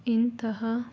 ಇಂತಹ